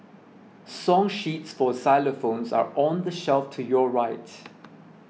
song sheets for xylophones are on the shelf to your right